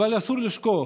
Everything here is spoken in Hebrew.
אבל אסור לשכוח